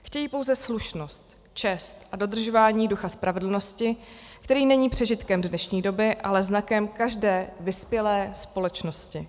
Chtějí pouze slušnost, čest a dodržování ducha spravedlnosti, který není přežitkem dnešní doby, ale znakem každé vyspělé společnosti.